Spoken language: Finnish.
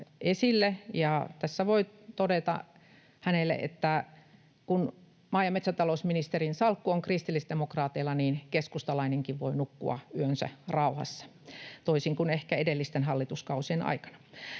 Tässä voi todeta hänelle, että kun maa- ja metsätalousministerin salkku on kristillisdemokraateilla, niin keskustalainenkin voi nukkua yönsä rauhassa, toisin kuin ehkä edellisten hallituskausien aikana.